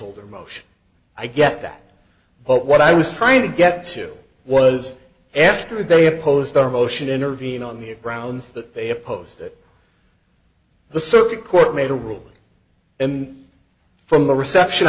placeholder motion i get that but what i was trying to get to was after they opposed our motion intervene on the grounds that they opposed it the circuit court made a ruling and from the reception